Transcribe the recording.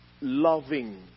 loving